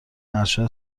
ارشد